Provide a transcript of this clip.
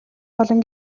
болон